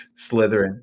Slytherin